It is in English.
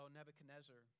Nebuchadnezzar